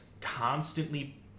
constantly